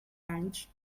anys